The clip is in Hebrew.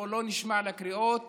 הוא לא נשמע לקריאות